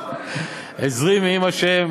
"עזרי מעם ה'"